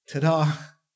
Ta-da